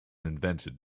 invented